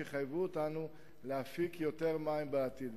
שיחייבו אותנו להפיק יותר מים בעתיד.